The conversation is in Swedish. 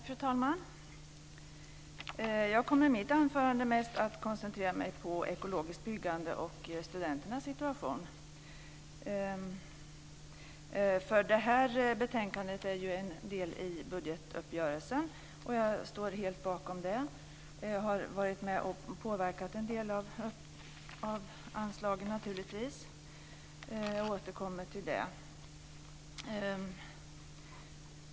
Fru talman! Jag kommer i mitt anförande att mest koncentrera mig på ekologiskt byggande och studenternas situation. Det här betänkandet är en del av budgetuppgörelsen, och jag står helt bakom det. Jag har varit med och påverkat en del av anslagen naturligtvis. Jag återkommer till det.